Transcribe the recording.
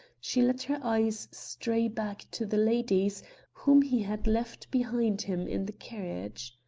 she let her eyes stray back to the ladies whom he had left behind him in the carriage.